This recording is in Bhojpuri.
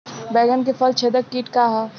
बैंगन में फल छेदक किट का ह?